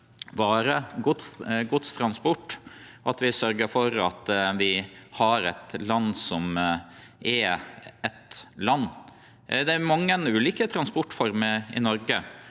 varer, godstransport, og til at vi har eit land som er eitt land. Det er mange ulike transportformer i Noreg,